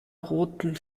roten